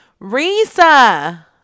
Risa